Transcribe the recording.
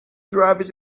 drivers